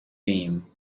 beam